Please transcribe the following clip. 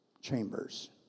Chambers